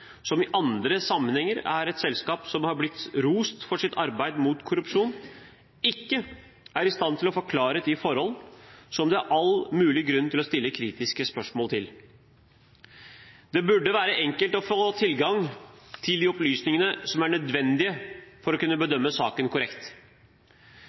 som i andre sammenhenger er et selskap som har blitt rost for sitt arbeid mot korrupsjon, ikke er i stand til å få klarhet i forhold som det er all mulig grunn til å stille kritiske spørsmål ved. Det burde være enkelt å få tilgang til de opplysningene som er nødvendig for å kunne bedømme saken korrekt.